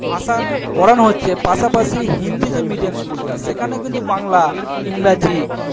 ভাষা পড়ানো হচ্ছে পাশাপাশি হিন্দি যে মিডিয়াম স্কুলটা সেখানেও কিন্তু বাংলা ইংরাজি